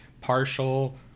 partial